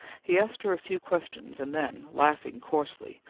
he asked her a few questions and then, laughing coarsely,